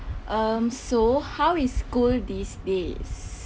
um so how is school these days